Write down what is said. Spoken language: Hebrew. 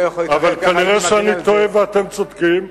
כנראה אני טועה ואתם צודקים,